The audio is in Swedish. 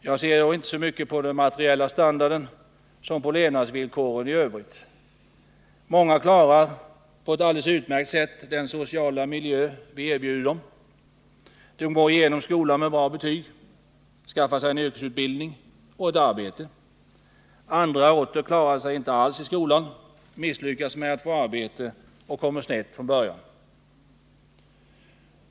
Jag ser då inte så mycket på materiell standard som på levnadsvillkoren i övrigt. Många klarar på ett alldeles utmärkt sätt den sociala miljö vi erbjuder dem. De går igenom skolan med bra betyg, skaffar sig en yrkesutbildning och ett arbete. Andra åter klarar sig inte alls i skolan, misslyckas med att få arbete och kommer snett från början.